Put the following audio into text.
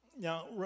Now